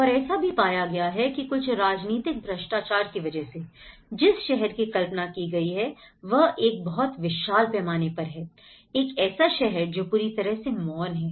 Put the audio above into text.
और ऐसा भी पाया गया है कि कुछ राजनीतिक भ्रष्टाचार की वजह से जिस शहर की कल्पना की गई है वह एक बहुत विशाल पैमाने पर है एक ऐसा शहर जो पूरी तरह से मौन है